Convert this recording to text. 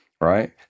right